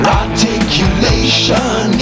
articulation